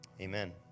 Amen